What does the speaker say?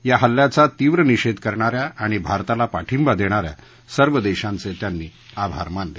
या हल्ल्याचा तीव्र निषेध करणाऱ्या आणि भारताला पाठिंबा देणाऱ्या सर्व देशांचे त्यांनी आभार मानले